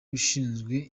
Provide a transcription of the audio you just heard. ushinzwe